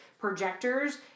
Projectors